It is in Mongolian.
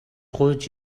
гуйж